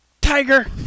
Tiger